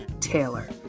Taylor